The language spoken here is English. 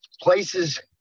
places